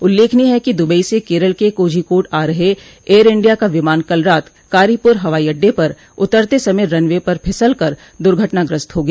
उल्लेखनीय है कि दुबई से केरल के कोझीकोड आ रहे एयर इंडिया का विमान कल रात कारीपुर हवाई अड्डे पर उतरते समय रनवे पर फिसल कर दुर्घटनाग्रस्त हो गया